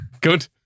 good